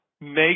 make